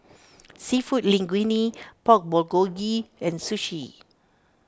Seafood Linguine Pork Bulgogi and Sushi